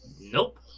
Nope